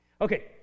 Okay